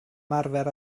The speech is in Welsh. ymarfer